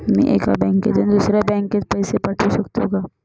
मी एका बँकेतून दुसऱ्या बँकेत पैसे पाठवू शकतो का?